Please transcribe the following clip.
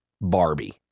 Barbie